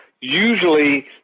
Usually